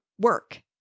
work